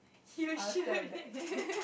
he will sure